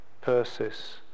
Persis